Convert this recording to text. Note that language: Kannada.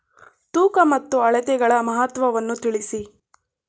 ತೂಕ ಮತ್ತು ಅಳತೆಗಳ ಮಹತ್ವವನ್ನು ತಿಳಿಸಿ?